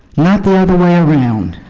not the other way around.